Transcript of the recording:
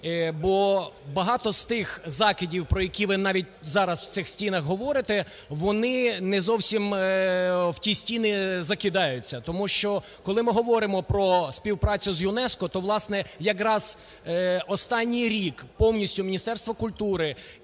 Бо багато з тих закидів, про які ви навіть зараз в цих стінах говорите, вони не зовсім в ті стіни закидаються. Тому що, коли ми говоримо про співпрацю з ЮНЕСКО, то, власне, якраз останній рік повністю Міністерство культури